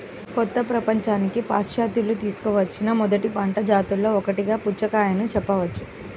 కొత్త ప్రపంచానికి పాశ్చాత్యులు తీసుకువచ్చిన మొదటి పంట జాతులలో ఒకటిగా పుచ్చకాయను చెప్పవచ్చు